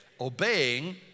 Obeying